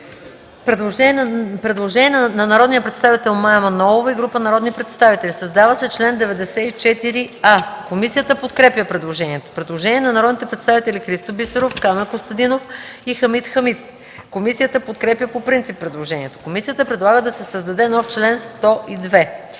Предложение на народния представител Мая Манолова и група народни представители – създава се чл. 94а. Комисията подкрепя предложението. Предложение на народните представители Христо Бисеров, Камен Костадинов и Хамид Хамид. Комисията подкрепя по принцип предложението. Комисията предлага да се създаде нов чл. 102: